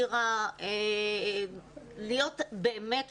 להיות באמת בדיונים,